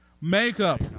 Makeup